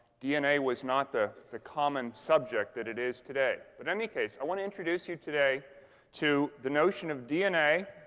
dna was not the the common subject that it is today. but in any case, i want to introduce you today to the notion of dna,